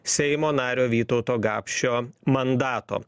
seimo nario vytauto gapšio mandato